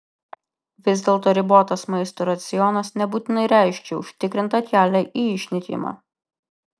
vis dėlto ribotas maisto racionas nebūtinai reiškia užtikrintą kelią į išnykimą